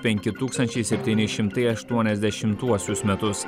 penki tūkstančiai septyni šimtai aštuoniasdešimtuosius metus